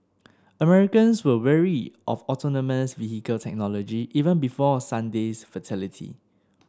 Americans were wary of autonomous vehicle technology even before Sunday's fatality